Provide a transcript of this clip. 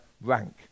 rank